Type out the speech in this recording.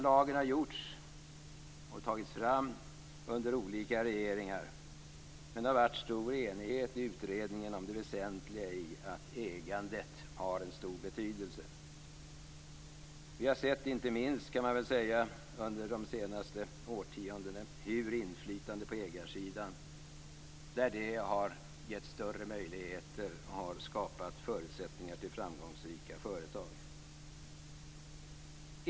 Lagen har tagits fram under olika regeringar, men det har varit stor enighet i utredningen om att ägandet har en stor betydelse. Vi har inte minst under de senaste årtiondena sett hur större möjligheter till inflytande på ägarsidan har skapat förutsättningar för framgångsrika företag.